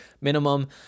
minimum